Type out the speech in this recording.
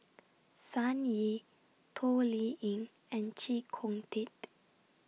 Sun Yee Toh Liying and Chee Kong Tet